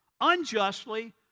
unjustly